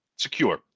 Secure